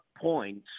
points